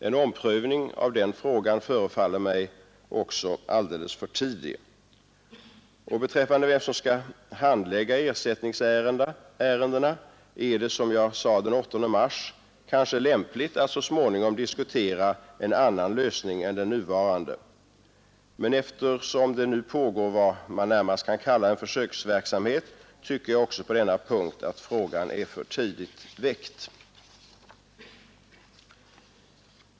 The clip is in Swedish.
En omprövning av den frågan förefaller mig också alldeles för tidig. Beträffande vem som skall handlägga ersättningsärendena är det, som jag sade den 8 mars, kanske lämpligt att så småningom diskutera en annan lösning än den nuvarande. Eftersom det pågår vad man närmast kan kalla en försöksverksamhet, tycker jag att frågan på denna punkt också är för tidigt väckt.